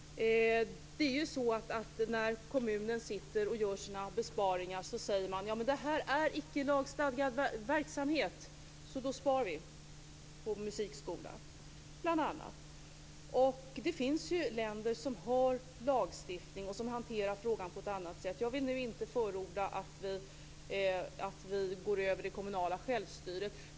När man i kommunen gör sina besparingar säger man: Det här är icke lagstadgad verksamhet, så då spar vi på bl.a. musikskolan. Det finns länder som har lagstiftning och som hanterar frågan på ett annat sätt. Jag vill nu inte förorda att vi går över det kommunala självstyret.